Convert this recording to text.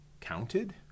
counted